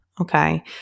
Okay